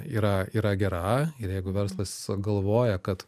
yra yra gera ir jeigu verslas galvoja kad